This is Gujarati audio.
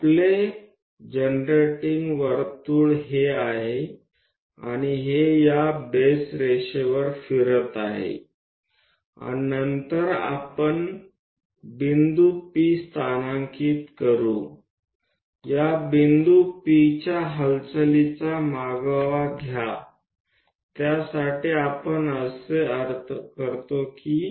આપનું જનરેટિંગ વર્તુળ એ આ છે અને તે આ બેઝ લીટી પર ફરે છે અને પછી આપણે બિંદુ P સ્થિત કરીએ છીએ બિંદુ P ની આ ગતિને અનુસરીએ છીએ